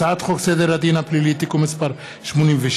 הצעת חוק סדר הדין הפלילי (תיקון מס' 86),